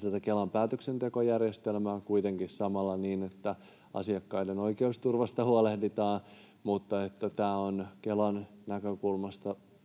tätä Kelan päätöksentekojärjestelmää, kuitenkin samalla niin, että asiakkaiden oikeusturvasta huolehditaan. Mutta tämä on Kelan näkökulmasta